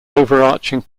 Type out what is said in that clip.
overarching